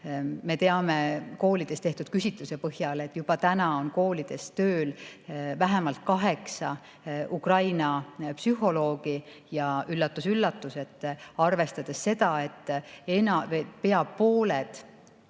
Me teame koolides tehtud küsitluse põhjal, et juba täna on koolides tööl vähemalt kaheksa Ukraina psühholoogi, aga üllatus-üllatus, arvestades seda, et pea pooled